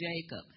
Jacob